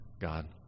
God